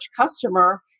customer